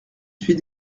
suis